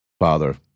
Father